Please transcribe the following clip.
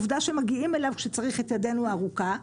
עובדה שמגיעים אליו כשצריך את ידנו הארוכה,